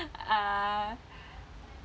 uh